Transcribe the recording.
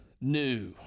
new